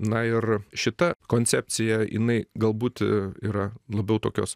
na ir šita koncepcija jinai galbūt yra labiau tokios